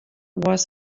was